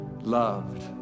loved